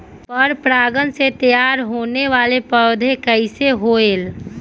पर परागण से तेयार होने वले पौधे कइसे होएल?